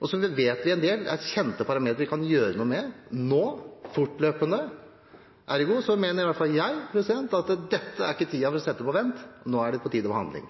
feil. Så vet vi at det er en del kjente parametere vi kan gjøre noe med nå, fortløpende. Ergo mener i hvert fall jeg at dette ikke er tiden for å sette ting på vent. Nå er det på tide med handling.